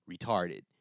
retarded